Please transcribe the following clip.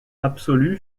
absolu